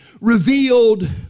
revealed